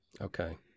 Okay